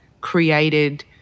created